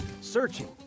searching